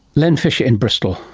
len fisher in bristol,